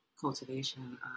cultivation